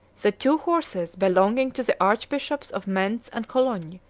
that two horses, belonging to the archbishops of mentz and cologne,